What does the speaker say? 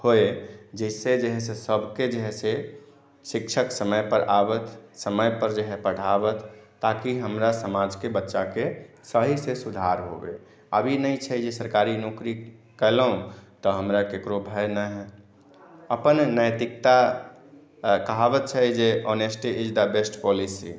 होइ जेहिसँ जेहै सभके जेहै से शिक्षक समय पर आबथि समय पर जेहै पढ़ाबथि ताकि हमरा समाजके बच्चाके सहीसँ सुधार होयबे आब ई नहि छै जे सरकारी नौकरी कयलहुॅं तऽ हमरा ककरो भय न है अपन नैतिकता कहावत छै जे honesty is the best policy